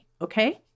Okay